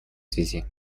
связи